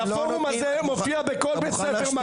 הפורום הזה מופיע בכל בית ספר,